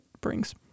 brings